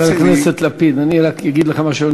חבר הכנסת לפיד, אני רק אגיד לך משהו.